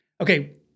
Okay